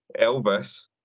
Elvis